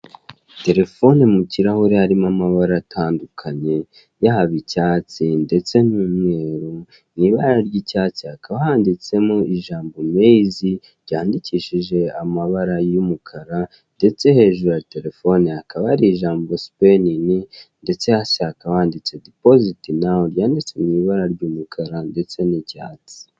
Terefone mu kirahure harimo amabara atandukanye yaba icyatsi ndetse n'umweru mu ibara ry'icyatsi hakaba handitsemo ijambo mezi ryandikishije amabara y'umukara ndetse hejuru ya terefoni hakaba hari ijambo sipenii ndetse hasi hakaba hari ijambo dipoziti nawu byanditse mu ibara ry'umukara ndetse n'icyatsi.